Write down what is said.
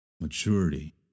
maturity